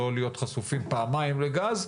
לא להיות חשופים בפעמיים לגז,